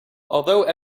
although